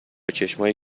چشمای